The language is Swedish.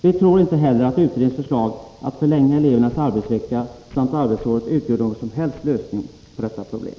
Vi tror inte heller att utredningens förslag att förlänga elevernas arbetsvecka samt arbetsåret utgör någon som helst lösning på detta problem.